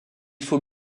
faut